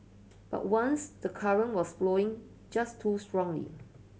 but once the current was flowing just too strongly